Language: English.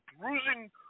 bruising